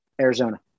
Arizona